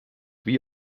wie